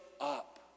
up